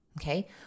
Okay